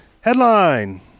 Headline